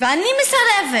ואני מסרבת,